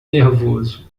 nervoso